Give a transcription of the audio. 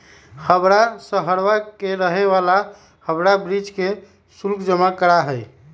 हवाड़ा शहरवा के रहे वाला हावड़ा ब्रिज के शुल्क जमा करा हई